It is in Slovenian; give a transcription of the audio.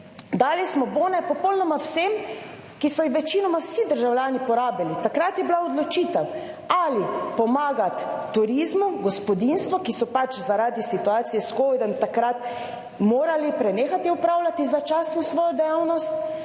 Dali smo bone popolnoma vsem, ki so jih večinoma vsi državljani porabili. Takrat je bila odločitev, ali pomagati turizmu, gospodinjstvu, ki so pač, zaradi situacije s covidom takrat morali prenehati opravljati začasno svojo dejavnost,